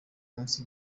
munsi